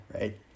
right